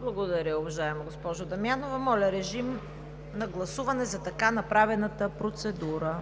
Благодаря, уважаема госпожо Дамянова. Моля, режим на гласуване за така направената процедура.